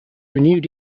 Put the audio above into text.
renewed